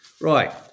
Right